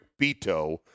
Beto